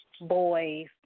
boys